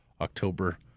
October